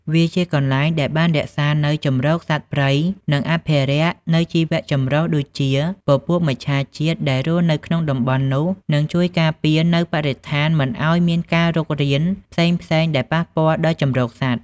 វាជាកន្លែងដែលបានរក្សានៅជម្រកសត្វព្រៃនិងអភិរក្សនៅជីវៈចម្រុះដូចជាពពួកមច្ឆាជាតិដែលរស់នៅក្នុងតំបន់នោះនិងជួយការពារនៅបរិស្ថានមិនឲ្យមានការរុករានផ្សេងៗដែលប៉ះពាល់ដល់ជម្រកសត្វ។